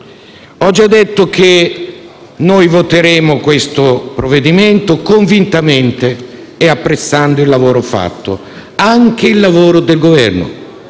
Ho già detto che noi voteremo questo provvedimento convintamente e apprezzando il lavoro fatto, anche il lavoro del Governo,